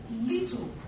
little